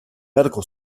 medical